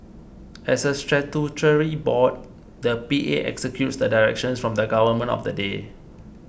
as a statutory board the P A executes the directions from the government of the day